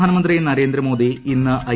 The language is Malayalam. പ്രധാനമന്ത്രി നരേന്ദ്ര മോദി ഇന്ന് ഐ